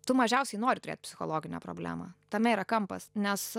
tu mažiausiai nori turėt psichologinę problemą tame yra kampas nes